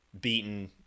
beaten